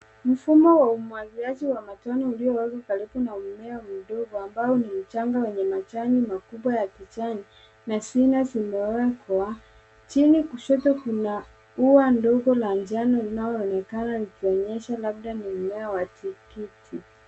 Mfumo wa umwangiliaji wa matone uliowekwa karibu na mmea mdogo amvao ni mchanga wenye majani makubwa ya kijani. Chini kushoto kuna ua ndogo la njano linalonekana likionyesha labda ni mmea wa tikiti.